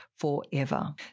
forever